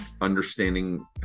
understanding